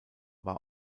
war